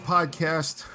Podcast